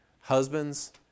Husbands